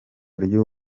ry’u